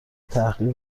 تحقیق